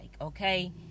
okay